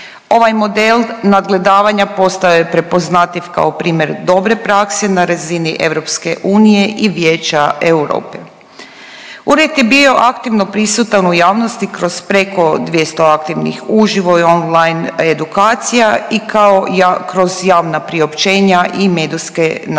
Ova model nadgledavanja postao je prepoznatljiv kao primjer dobre prakse na razini EU i Vijeća Europe. Ured je bio aktivno prisutan u javnosti kroz preko 200 aktivnih uživo i online edukacija i kao kroz javna priopćenja i medijske nastupe.